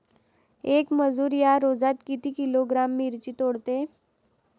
येक मजूर या रोजात किती किलोग्रॅम मिरची तोडते?